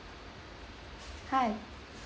hi